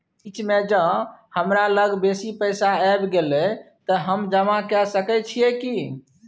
बीच म ज हमरा लग बेसी पैसा ऐब गेले त हम जमा के सके छिए की?